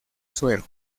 suero